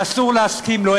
ואסור להסכים לו.